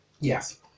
Yes